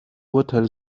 urteil